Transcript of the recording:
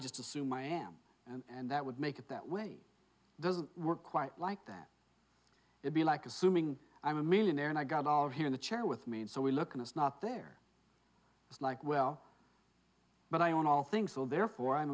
just assume i am and that would make it that way doesn't work quite like that it be like assuming i'm a millionaire and i got out here in the chair with me and so we look and it's not there it's like well but i own all things so therefore i